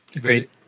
Great